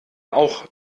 auch